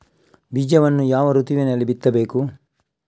ಬೀಜವನ್ನು ಯಾವ ಋತುವಿನಲ್ಲಿ ಬಿತ್ತಬೇಕು?